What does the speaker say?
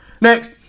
Next